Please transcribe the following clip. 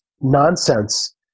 nonsense